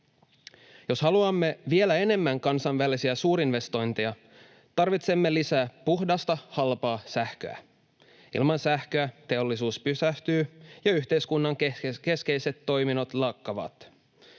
Jos haluamme vielä enemmän kansainvälisiä suurinvestointeja, tarvitsemme lisää puhdasta, halpaa sähköä. Ilman sähköä teollisuus pysähtyy ja yhteiskunnan keskeiset toiminnot lakkaavat.